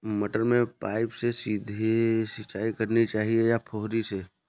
मटर में पाइप से सीधे सिंचाई करनी चाहिए या फुहरी से?